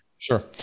Sure